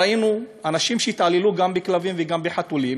ראינו אנשים שהתעללו גם בכלבים וגם בחתולים,